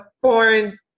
foreign